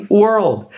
world